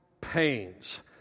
pains